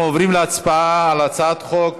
אנחנו עוברים להצבעה על הצעת חוק